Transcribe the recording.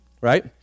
right